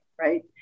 right